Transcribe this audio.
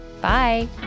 bye